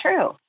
true